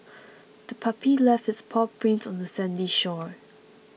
the puppy left its paw prints on the sandy shore